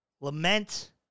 Lament